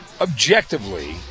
objectively